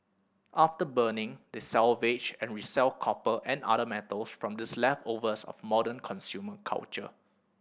after burning they salvage and resell copper and other metals from these leftovers of modern consumer culture